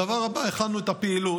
הדבר הבא, הכנו את הפעילות,